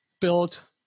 built